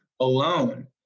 Alone